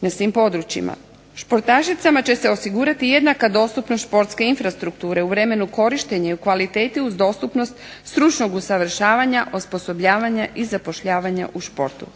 na svim područjima. Športašicama će se osigurati jednaka dostupnost športske infrastrukture u vremenu korištenja i kvaliteti uz dostupnost stručnog usavršavanja osposobljavanja i zapošljavanja u športu.